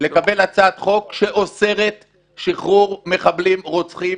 היא לקבל הצעת חוק שאוסרת שחרור מחבלים רוצחים,